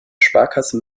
sparkasse